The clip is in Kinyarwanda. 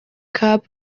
cup